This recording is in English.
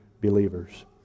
believers